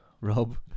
Rob